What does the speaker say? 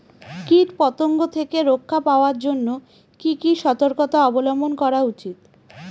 কীটপতঙ্গ থেকে রক্ষা পাওয়ার জন্য কি কি সর্তকতা অবলম্বন করা উচিৎ?